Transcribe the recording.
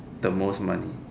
the most money